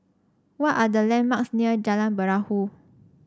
what are the landmarks near Jalan Perahu